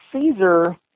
Caesar